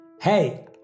Hey